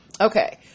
Okay